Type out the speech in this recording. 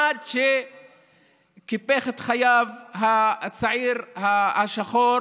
עד שקיפח את חייו של הצעיר השחור.